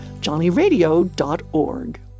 johnnyradio.org